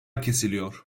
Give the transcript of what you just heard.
kesiliyor